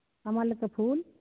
कमलके फूल